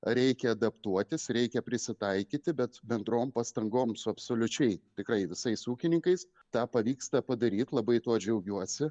reikia adaptuotis reikia prisitaikyti bet bendrom pastangom su absoliučiai tikrai visais ūkininkais tą pavyksta padaryt labai tuo džiaugiuosi